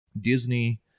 Disney